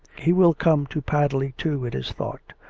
he will come to padley, too, it is thought.